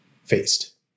faced